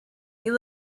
you